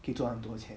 可以赚很多钱